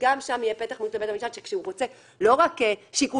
שגם שם פתח לבית המשפט שכשהוא רוצה לא רק שיקול